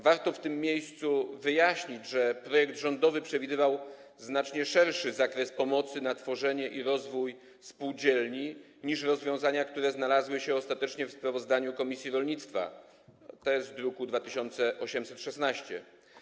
Warto w tym miejscu wyjaśnić, że projekt rządowy przewidywał znacznie szerszy zakres pomocy związanej z tworzeniem i rozwojem spółdzielni niż przewidują rozwiązania, które znalazły się ostatecznie w sprawozdaniu komisji rolnictwa zawartym w druku nr 2816.